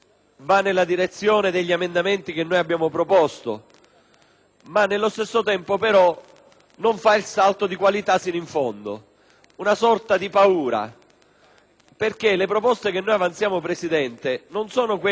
ma nello stesso tempo però non fa il salto di qualità fino in fondo; una sorta di paura. Le proposte che noi avanziamo, Presidente, non sono quelle di dire semplicemente che chi paga il pizzo